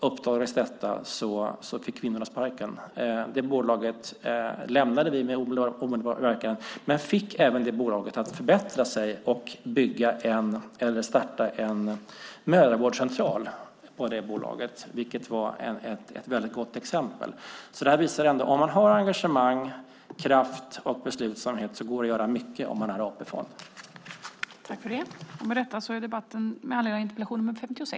Uppdagades detta fick kvinnorna sparken. Det bolaget lämnade vi med omedelbar verkan, men vi fick även det bolaget att förbättra sig och starta en mödravårdscentral, vilket var ett gott exempel. Det här visar ändå att det, om man har engagemang, kraft och beslutsamhet, går att göra mycket om man har en AP-fond.